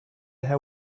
her